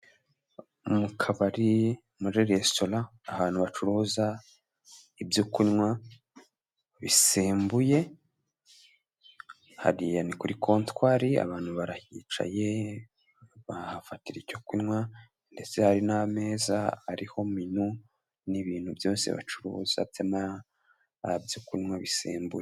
Mu kabari, muri resitora ahantu bacuruza ibyo kunywa bisembuye, hariya ni kuri kontwari abantu barahicaye bahafatira icyo kunywa ndetse hari n'ameza ariho minu n'ibintu byose bacuruza byo kunywa bisembuye.